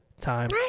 time